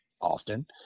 often